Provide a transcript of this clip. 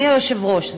אדוני היושב-ראש,